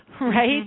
right